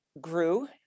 grew